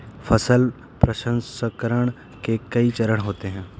फसल प्रसंसकरण के कई चरण होते हैं